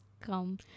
come